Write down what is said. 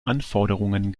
anforderungen